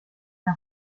era